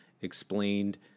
explained